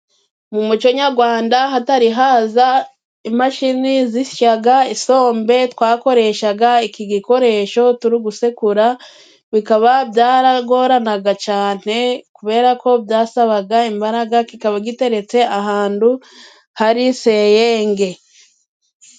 Mu muco nyarwanda, hatari haza imashini zisya isombe, twakoreshaga iki gikoresho turi gusekura, bikaba byaragoranaga cyane kuberako byasabaga imbaraga, kikaba giteretse ahantu hari senyenge.